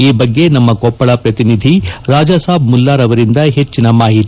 ಈ ಬಗ್ಗೆ ನಮ್ಮ ಕೊಪ್ಪಳದ ಪ್ರತಿನಿಧಿ ರಾಜಾಸಾಬ್ ಮುಲ್ಲಾರ್ ಅವರಿಂದ ಹೆಚ್ಚಿನ ಮಾಹಿತಿ